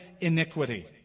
iniquity